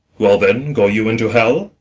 well then, go you into hell?